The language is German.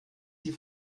sie